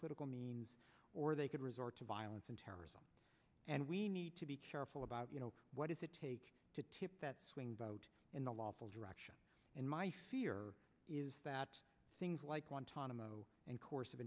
political means or they could resort to violence and terrorism and we need to be careful about what does it take to tip that swing vote in the lawful direction and my fear is that things like one ton of and course of